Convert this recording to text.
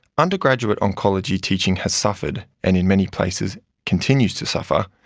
undergraduate oncology teaching has suffered, and in many places continues to suffer,